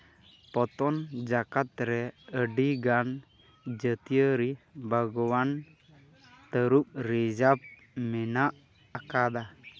ᱯᱚᱛᱚᱱᱡᱟᱠᱟᱛ ᱨᱮ ᱟᱹᱰᱤᱜᱟᱱ ᱡᱟᱹᱛᱤᱭᱟᱹᱨᱤ ᱵᱟᱜᱽᱣᱟᱱ ᱛᱟᱹᱨᱩᱵᱽ ᱨᱤᱡᱟᱵᱷ ᱢᱮᱱᱟᱜ ᱟᱠᱟᱫᱟ